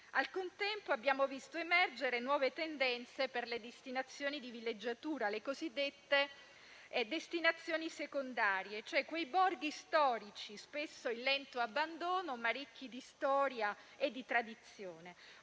Al contempo, abbiamo visto emergere nuove tendenze per le destinazioni di villeggiatura, le cosiddette destinazioni secondarie, e cioè quei borghi storici, spesso in lento abbandono, ma ricchi di storia e di tradizione.